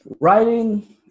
Writing